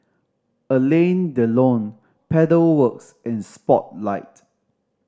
Alain Delon Pedal Works and Spotlight